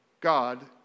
God